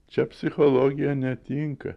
čia psichologija netinka